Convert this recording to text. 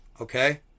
okay